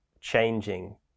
changing